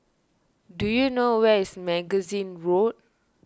do you know where is Magazine Road